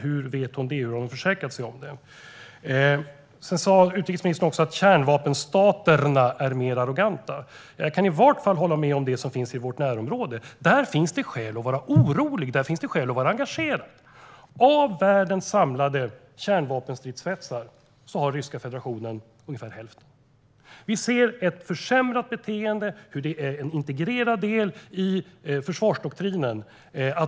Hur vet hon det? Har hon försäkrat sig om det? Utrikesministern sa också att kärnvapenstaterna är mer arroganta. Jag kan i varje fall hålla med om det som finns i vårt närområde. Där finns det skäl att vara orolig och att vara engagerad. Av världens samlade kärnvapenstridsspetsar har Ryska federation ungefär hälften. Vi ser ett försämrat beteende och hur detta är en integrerad del i försvarsdoktrinen.